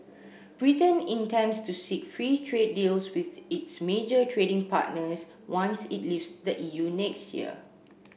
Britain intends to seek free trade deals with its major trading partners once it leaves the E U next year